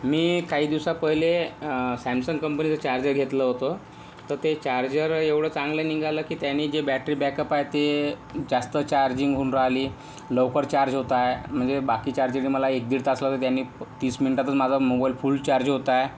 मी काही दिवसापहले सॅमसंग कंपनीचा चार्जर घेतलं होतं तर ते चार्जर येवढं चांगलं निघालं की त्याने जी बॅटरी बॅकअप आहे ते जास्त चार्जिंग होऊन राहिली लवकर चार्ज होत आहे म्हणजे बाकी चार्जरनी मला एक दीड तास लागत त्यानी तीस मिनटातच माझा मोबाईल फुल चार्ज होत आहे